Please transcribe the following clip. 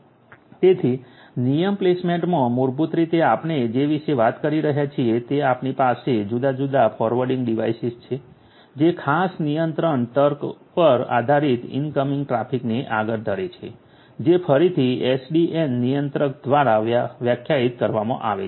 તેથી નિયમ પ્લેસમેન્ટમાં મૂળભૂત રીતે આપણે જે વિશે વાત કરી રહ્યા છીએ તે આપણી પાસે જુદા જુદા ફોરવર્ડિંગ ડિવાઇસેસ છે જે ખાસ નિયંત્રણ તર્ક પર આધારિત ઇનકમિંગ ટ્રાફિકને આગળ ધરે છે જે ફરીથી એસડીએન નિયંત્રક દ્વારા વ્યાખ્યાયિત કરવામાં આવે છે